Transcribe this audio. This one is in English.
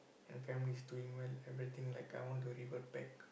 and our family's doing well everything like I want to revert back